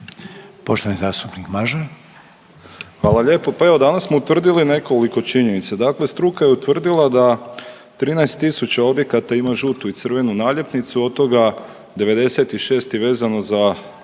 Nikola (HDZ)** Hvala lijepo. Pa evo danas smo utvrdili nekoliko činjenica, dakle struka je utvrdila da 13.000 objekata ima žutu i crvenu naljepnicu, od toga 96 je vezano za